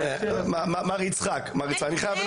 מר יצחק, אני חייב.